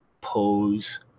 pose